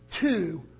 two